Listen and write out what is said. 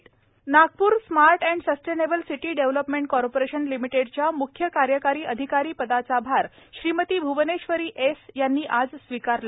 Bhuvaneshwari Nagpur smart and sustainable city development corporation लिमिटेडच्या म्ख्य कार्यकारी अधिकारी पदाचा भार श्रीमती भ्वनेश्वरी एस यांनी आज स्वीकारला